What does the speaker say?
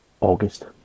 August